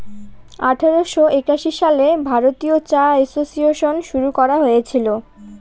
আঠারোশো একাশি সালে ভারতীয় চা এসোসিয়েসন শুরু করা হয়েছিল